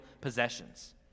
possessions